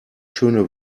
schöne